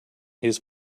his